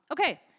Okay